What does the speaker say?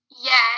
Yes